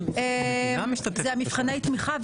זה מבחני התמיכה,